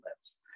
lives